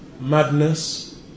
madness